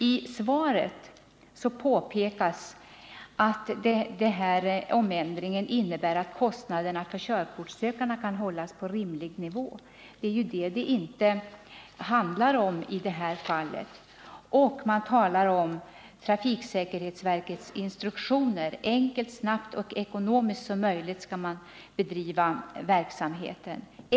I svaret påpekas att omändringen innebär att kostnaderna för körkortssö kandena kan hållas på en rimlig nivå. Men det är ju just vad man inte kan Nr 140 åstadkomma i det här fallet. Det sägs vidare i anslutning till att statsrådet Tisdagen den pekar på vad som innefattas i trafiksäkerhetsverkets instruktioner att 8 maj 1979 verksamheten skall bedrivas så enkelt, snabbt och ekonomiskt som möjligt.